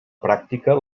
pràctica